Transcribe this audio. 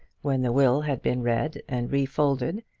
when the will had been read and refolded,